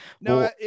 No